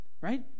right